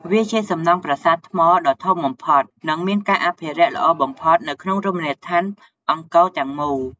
វាជាសំណង់ប្រាសាទថ្មដ៏ធំបំផុត និងមានការអភិរក្សល្អបំផុតនៅក្នុងរមណីយដ្ឋានអង្គរទាំងមូល។